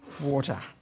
water